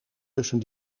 tussen